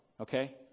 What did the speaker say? okay